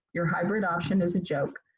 your hybrid option is a joke.